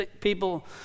people